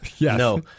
No